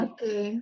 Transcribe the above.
Okay